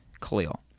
Khalil